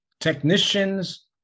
technicians